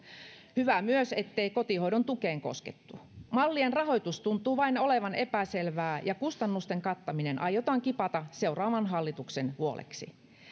hyvä myös ettei kotihoidon tukeen koskettu mallien rahoitus tuntuu vain olevan epäselvää ja kustannusten kattaminen aiotaan kipata seuraavan hallituksen huoleksi